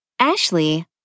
Ashley